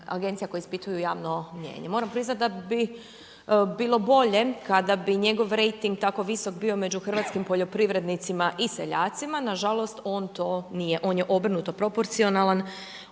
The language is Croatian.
agencija koje ispituju javno mnijenje. Moram priznati da bi bilo bolje kada bi njegov rejting tako visok bio među hrvatskim poljoprivrednicima i seljacima, nažalost on to nije, on je obrnuto proporcionalan